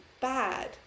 bad